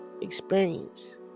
experience